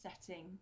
setting